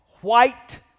white